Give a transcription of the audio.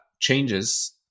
changes